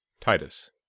Titus